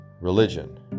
religion